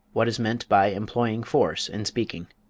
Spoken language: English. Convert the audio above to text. what is meant by employing force in speaking.